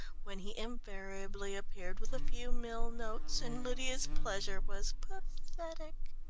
when he invariably appeared with a few mille notes and lydia's pleasure was pathetic.